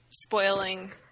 spoiling